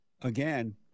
again